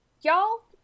y'all